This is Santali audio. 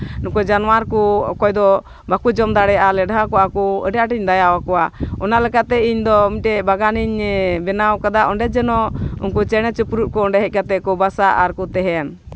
ᱱᱩᱠᱩ ᱡᱟᱱᱣᱟᱨ ᱠᱚ ᱚᱠᱚᱭ ᱫᱚ ᱵᱟᱠᱚ ᱡᱚᱢ ᱫᱟᱲᱮᱭᱟᱜᱼᱟ ᱞᱮᱰᱷᱟ ᱠᱚᱜᱼᱟ ᱠᱚ ᱟᱹᱰᱤ ᱟᱸᱴᱤᱧ ᱫᱟᱭᱟ ᱟᱠᱚᱣᱟ ᱚᱱᱟ ᱞᱮᱠᱟᱛᱮ ᱤᱧᱫᱚ ᱢᱤᱫᱴᱮᱡ ᱵᱟᱜᱟᱱᱤᱧ ᱵᱮᱱᱟᱣ ᱠᱟᱫᱟ ᱚᱸᱰᱮ ᱡᱮᱱᱚ ᱩᱱᱠᱩ ᱪᱮᱬᱮ ᱪᱤᱯᱨᱩᱫ ᱠᱚ ᱚᱸᱰᱮ ᱦᱮᱡ ᱠᱟᱛᱮᱫ ᱠᱚ ᱵᱟᱥᱟᱜ ᱟᱨ ᱠᱚ ᱛᱟᱦᱮᱱ